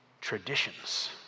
traditions